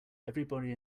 everybody